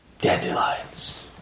dandelions